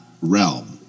realm